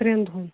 ترٛٮ۪ن دۄہَن